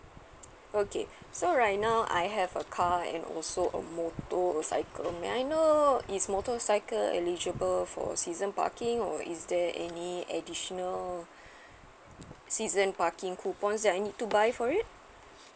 okay so right now I have a car and also a motorcycle may I know is motorcycle eligible for season parking or is there any additional season parking coupons that I need to buy for it